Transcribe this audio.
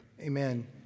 amen